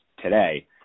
Today